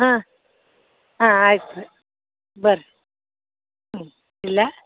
ಹಾಂ ಹಾಂ ಐತಿ ರೀ ಬರ್ರಿ ಹ್ಞೂ ಇಲ್ಲ